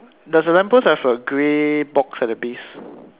does the lamp post have a grey box at the base